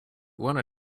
wanna